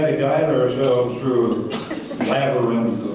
guide ourselves through labyrinth